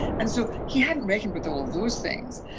and so he hadn't reckoned with all of those things,